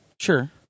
Sure